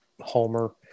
homer